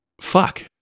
fuck